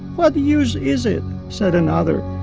what use is it, said another,